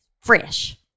fresh